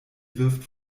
wirft